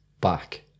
back